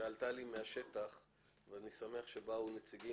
שעלתה לי מהשטח ואני שמח שבאו נציגים